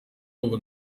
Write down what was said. ubu